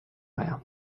aja